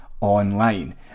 online